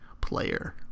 player